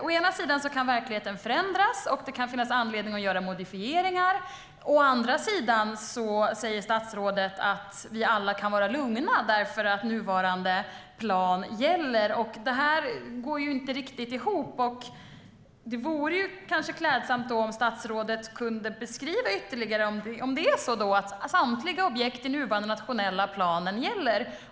Å ena sidan kan verkligheten förändras, och det kan finnas anledning att göra modifieringar. Å andra sidan säger statsrådet att vi alla kan vara lugna och att nuvarande plan gäller. Det går inte riktigt ihop. Det vore klädsamt om statsrådet kunde beskriva detta ytterligare. Är det så att samtliga objekt i den nuvarande nationella planen gäller?